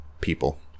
people